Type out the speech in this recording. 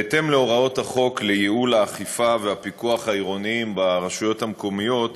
בהתאם להוראות החוק לייעול האכיפה והפיקוח העירוניים ברשויות המקומיות,